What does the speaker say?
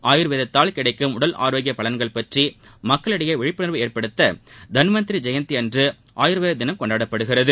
ஆயுர்வேதத்தால் கிடைக்கும் உடல் ஆரோக்கிய பலன்கள் பற்றி மக்களிடையே விழிப்புணா்வு ஏற்படுத்த தன்வந்த்ரி ஜெயந்தி அன்று ஆயூர்வேத தினம் கொண்டாடப்படுகிறது